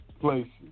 places